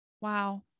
Wow